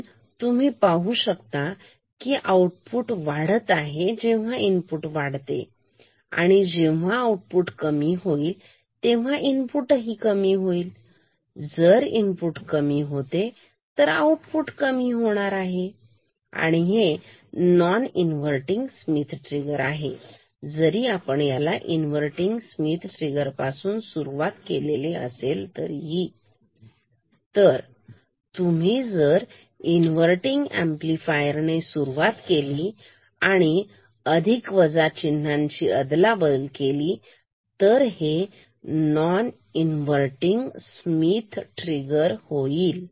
म्हणून तुम्ही पाहू शकता आउटपुट वाढत आहे जेव्हा इनपुट वाढते आणि जेव्हा आउटपुट कमी होईल इनपुटही कमी होईल जर इनपुट कमी होते आहे तर इथे आऊटपूट ही कमी होणार आहे तर हे आहे नोन इन्वर्तींग स्मिथ ट्रिगर जरी आपण याला इन्वर्तींग स्मिथ ट्रिगर पासून सुरुवात केली असेल तरीही तर तुम्ही जर इन्वर्तींग अंपलिफायर आणि ने सुरुवात केली आणि अधिक वजा चिन्हांची अदलाबदल केली तर हे नोन इन्वर्तींग स्मीथ ट्रिगर होईल